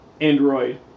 android